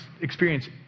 experience